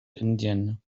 indien